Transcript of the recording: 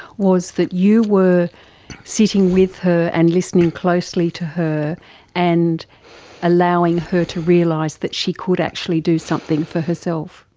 was that you were sitting with her and listening closely to her and allowing her to realise that she could actually do something for herself?